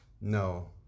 No